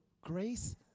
grace